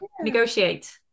negotiate